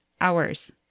hours